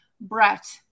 Brett